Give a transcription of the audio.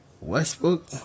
Westbrook